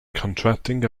contracting